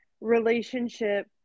relationship